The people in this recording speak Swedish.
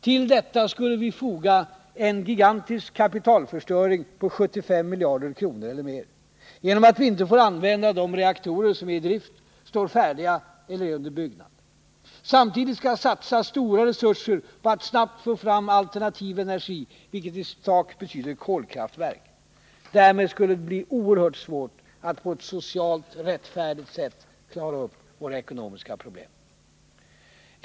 Till detta skulle vi foga en gigantisk kapitalförstöring på 75 miljarder kronor eller mer, genom att vi inte får använda de reaktorer som är i drift, står färdiga eller är under byggnad. Samtidigt skall satsas stora resurser på att snabbt få fram alternativ energi, vilket i sak betyder kolkraftverk. Därmed skulle det bli oerhört svårt att på ett socialt rättfärdigt sätt klara upp våra ekonomiska problem.